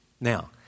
Now